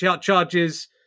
charges